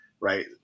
right